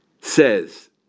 says